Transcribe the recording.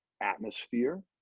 atmosphere